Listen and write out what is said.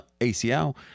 ACL